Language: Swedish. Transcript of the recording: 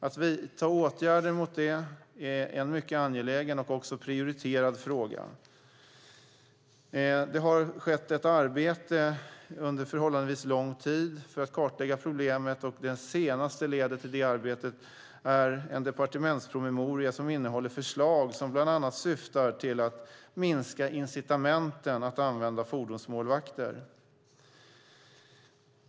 Att vidta åtgärder mot detta är en mycket angelägen och prioriterad fråga. Det har skett ett arbete under förhållandevis lång tid för att kartlägga problemet, och det senaste ledet i det arbetet är en departementspromemoria som innehåller förslag som bland annat syftar till att minska incitamenten att använda fordonsmålvakter.